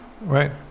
right